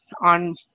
on